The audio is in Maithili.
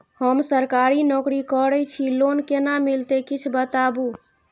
हम सरकारी नौकरी करै छी लोन केना मिलते कीछ बताबु?